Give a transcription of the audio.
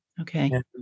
Okay